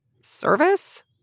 Service